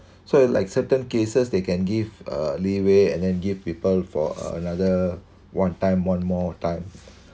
so in like certain cases they can give uh leeway and then give people for another one time one more time